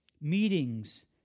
meetings